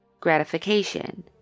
gratification